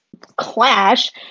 clash